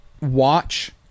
watch